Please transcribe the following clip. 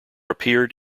appeared